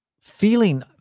feeling